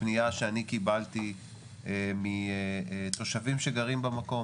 מפנייה שאני קיבלתי מתושבים שגרים במקום,